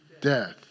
death